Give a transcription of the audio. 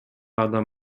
адам